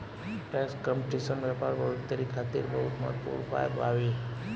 tax competition व्यापार बढ़ोतरी खातिर बहुत महत्वपूर्ण उपाय बावे